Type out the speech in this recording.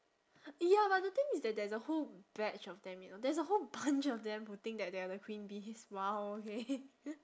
ya lah the thing is that there's a whole batch of them you know there's a whole bunch of them who think that they are the queen bees !wow! okay